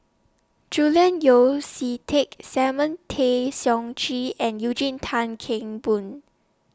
Julian Yeo See Teck Simon Tay Seong Chee and Eugene Tan Kheng Boon